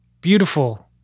beautiful